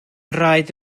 rhaid